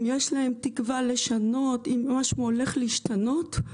אם משהו הולך להשתנות,